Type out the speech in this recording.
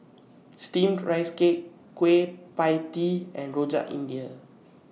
Steamed Rice Cake Kueh PIE Tee and Rojak India